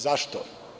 Zašto?